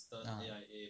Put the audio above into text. ah